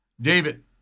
David